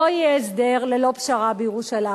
לא יהיה הסדר ללא פשרה בירושלים.